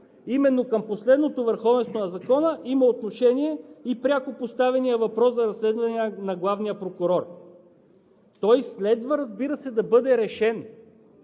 Именно към последното върховенство на закона има отношение и пряко поставения въпрос за разследвания на главния прокурор. Той следва, разбира се, да бъде решен,